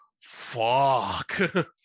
fuck